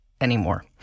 anymore